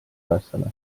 ülesanne